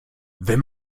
wenn